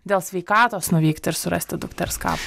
dėl sveikatos nuvykti ir surasti dukters kapą